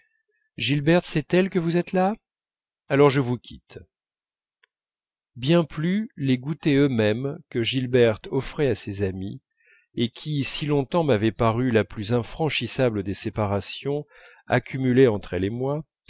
gilberte sait-elle que vous êtes là alors je vous quitte bien plus les goûters eux-mêmes que gilberte offrait à ses amies et qui si longtemps m'avaient paru la plus infranchissable des séparations accumulées entre elle et moi